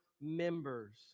members